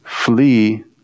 Flee